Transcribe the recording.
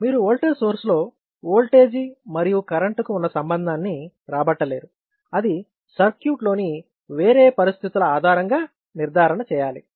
మీరు voltage source లో voltage మరియు కరెంటు కు ఉన్న సంబంధాన్ని రాబట్టలేరు అది సర్క్యూట్ లోని వేరే పరిస్థితుల ఆధారంగా నిర్ధారణ చేయాలి